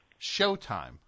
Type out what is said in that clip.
Showtime